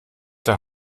der